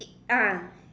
ah